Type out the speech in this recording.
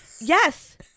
yes